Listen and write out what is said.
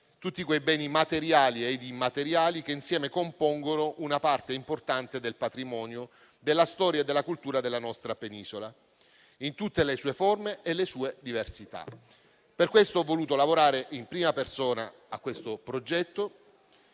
tutti i beni materiali e immateriali, che, insieme, compongono una parte importante del patrimonio della storia e della cultura della nostra penisola in tutte le sue forme e le sue diversità. Per questo ho voluto lavorare in prima persona al progetto.